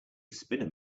spinner